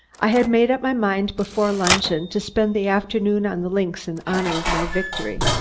i had made up my mind before luncheon to spend the afternoon on the links in honor of my victory,